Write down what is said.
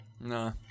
No